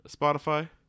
spotify